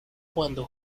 cuando